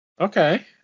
Okay